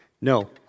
no